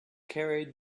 carried